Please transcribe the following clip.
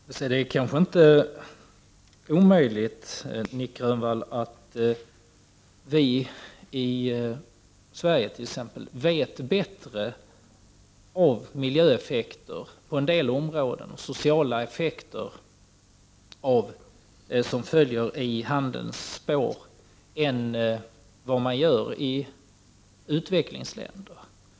Herr talman! Det är kanske inte omöjligt, Nic Grönvall, att vi i Sverige bättre känner till miljöeffekter och sociala effekter av vad som följer i handelns spår än vad man gör i utvecklingsländerna.